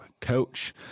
coach